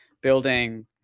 building